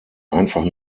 einfach